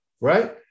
right